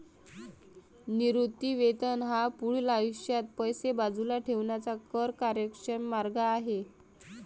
निवृत्ती वेतन हा पुढील आयुष्यात पैसे बाजूला ठेवण्याचा कर कार्यक्षम मार्ग आहे